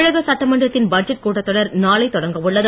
தமிழக சட்டமன்றத்தின் பட்ஜெட் கூட்டத்தொடர் நாளை தொடங்கவுள்ளது